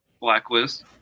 Blacklist